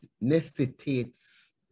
necessitates